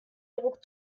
druck